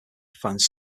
finds